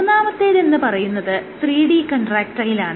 മൂന്നാമത്തേതെന്ന് പറയുന്നത് 3D കൺട്രാക്ടയിലാണ്